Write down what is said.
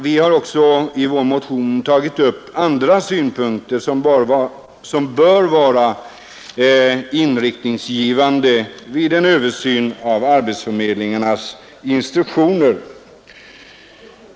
Vi har också i vår motion tagit upp andra synpunkter som bör vara inriktningsgivande vid en översyn av arbetsförmedlingarnas instruktioner.